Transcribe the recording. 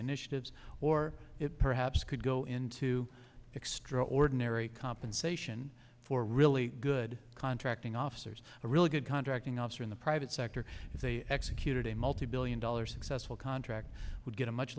initiatives or it perhaps could go into extraordinary compensation for really good contracting officers a really good contracting officer in the private sector if they executed a multi billion dollar successful contract would get a much